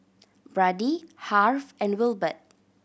Brady Harve and Wilbert